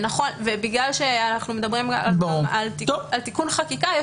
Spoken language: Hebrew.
כיוון שאנחנו מדברים על תיקון חקיקה,